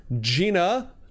Gina